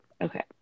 okay